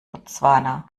botswana